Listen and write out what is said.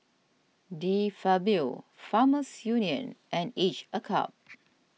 De Fabio Farmers Union and Each a Cup